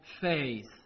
faith